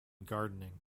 gardening